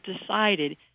decided